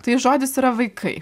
tai žodis yra vaikai